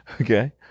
Okay